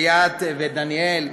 ליאת ודניאל,